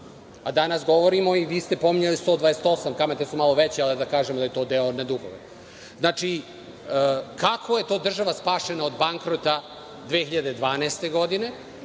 a danas govorimo, i vi ste pominjali 128, kamate su malo veće, ali da kažem da je to deo na dugove. Znači, kako je to država spašena od bankrota 2012. godine